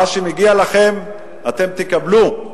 מה שמגיע לכם אתם תקבלו,